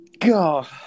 God